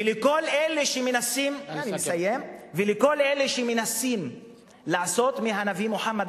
ולכל אלה שמנסים לעשות מהנביא מוחמד,